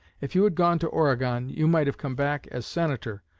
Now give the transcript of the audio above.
if you had gone to oregon you might have come back as senator,